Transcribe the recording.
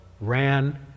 ran